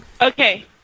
Okay